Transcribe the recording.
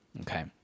Okay